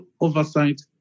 oversight